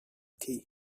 tea